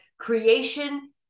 creation